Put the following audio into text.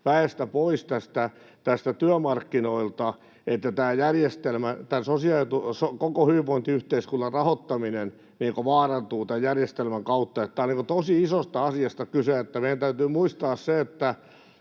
väestä pois näiltä työmarkkinoilta, että tämän koko hyvinvointiyhteiskunnan rahoittaminen vaarantuu tämän järjestelmän kautta. Tässä on tosi isosta asiasta kyse. Meidän täytyy muistaa se,